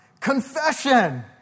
confession